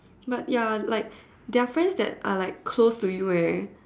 but ya like there are friends that are like close to you eh